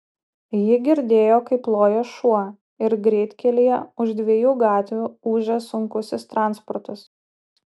ji girdėjo kaip loja šuo ir greitkelyje už dviejų gatvių ūžia sunkusis transportas